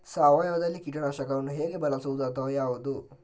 ಸಾವಯವದಲ್ಲಿ ಕೀಟನಾಶಕವನ್ನು ಹೇಗೆ ಬಳಸುವುದು ಅಥವಾ ಯಾವುದು?